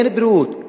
אין בריאות,